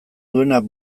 duenak